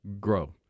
grow